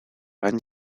van